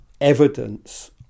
evidence